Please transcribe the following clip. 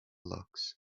looks